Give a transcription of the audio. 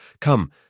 Come